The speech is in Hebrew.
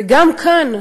וגם כאן,